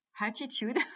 attitude